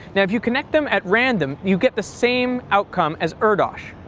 now if you connect them at random you get the same outcome as erdos,